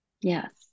Yes